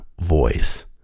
voice